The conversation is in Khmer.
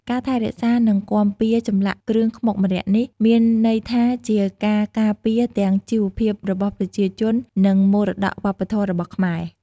ការថែរក្សា និងគាំពារចម្លាក់គ្រឿងខ្មុកម្រ័ក្សណ៍នេះ មានន័យថាជាការការពារទាំងជីវភាពរបស់ប្រជាជន និងមរតកវប្បធម៌របស់ខ្មែរ។